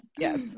Yes